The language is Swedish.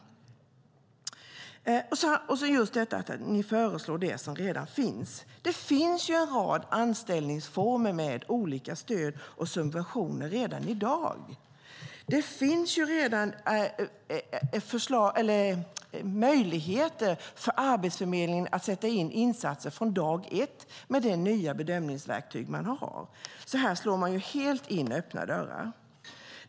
Ni föreslår också det som redan finns. Det finns redan i dag en rad anställningsformer med olika stöd och subventioner. Det finns redan möjligheter för Arbetsförmedlingen att sätta in insatser från dag ett med de nya bedömningsverktyg man har. Här slår ni helt in öppna dörrar.